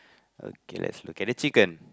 okay let's look at it chicken